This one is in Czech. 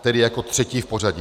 Tedy jako třetí v pořadí.